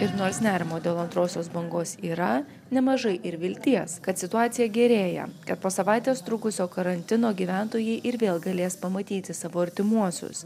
ir nors nerimo dėl antrosios bangos yra nemažai ir vilties kad situacija gerėja kad po savaitės trukusio karantino gyventojai ir vėl galės pamatyti savo artimuosius